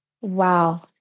Wow